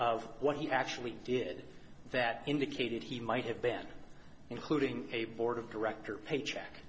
of what he actually did that indicated he might have been including a board of directors paycheck